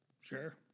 Sure